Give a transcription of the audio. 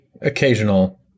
occasional